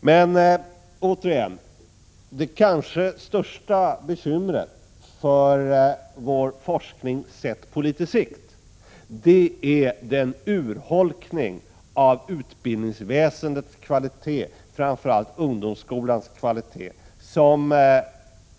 Men återigen är kanske det största bekymret för vår forskning, sett på litet sikt, den urholkning av utbildningsväsendet, framför allt ungdomsskolans kvalitet, som